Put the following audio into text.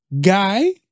guy